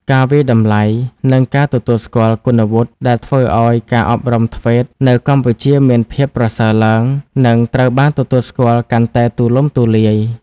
ការវាយតម្លៃ និងការទទួលស្គាល់គុណវុឌ្ឍិ ដែលធ្វើឱ្យការអប់រំ ធ្វេត TVET នៅកម្ពុជាមានភាពប្រសើរឡើង និងត្រូវបានទទួលស្គាល់កាន់តែទូលំទូលាយ។